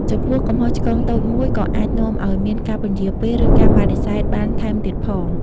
ចំពោះ កំហុសឆ្គងតូចមួយក៏អាចនាំឱ្យមានការពន្យារពេល ឬការបដិសេធបានថែមទៀតផង។